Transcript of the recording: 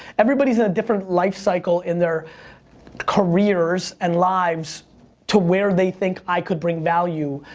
everybody's in a different life cycle in their careers and lives to where they think i could bring value,